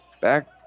back